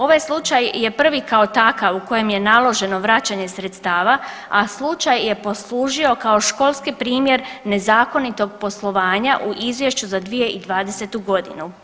Ovaj slučaj je prvi kao takav u kojem je naloženo vraćanje sredstava, a slučaj je poslužio kao školski primjer nezakonitog poslovanja u izvješću za 2020. godinu.